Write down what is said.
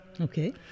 okay